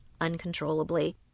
uncontrollably